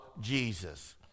Jesus